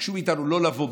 ביקשו מאיתנו לא לבוא.